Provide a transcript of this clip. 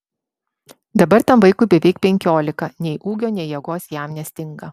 dabar tam vaikui beveik penkiolika nei ūgio nei jėgos jam nestinga